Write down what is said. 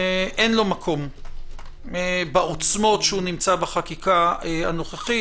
אין לו מקום בעוצמות שהוא נמצא בחקיקה הנוכחית,